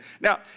Now